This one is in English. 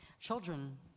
children